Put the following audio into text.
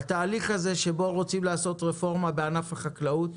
בתהליך שבו רוצים לעשות רפורמה בענף החקלאות,